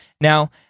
Now